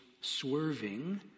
swerving